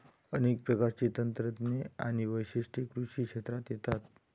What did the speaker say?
अनेक प्रकारची तंत्रे आणि वैशिष्ट्ये कृषी क्षेत्रात येतात